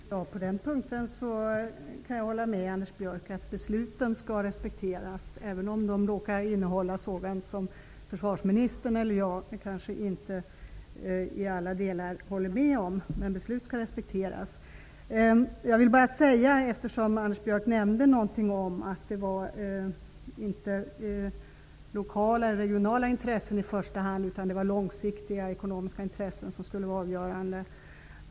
Herr talman! På den punkten kan jag hålla med Anders Björck. Besluten skall respekteras även om de råkar innehålla sådant som försvarsministern eller jag kanske inte i alla delar håller med om. Anders Björck sade att det i första hand inte är fråga om lokala eller regionala intressen, utan att långsiktiga intressen skall vara avgörande.